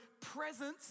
presence